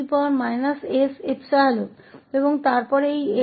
तो माइनस और माइनस के साथ प्लस s होगा हमारे पास e s𝜖 है